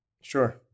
sure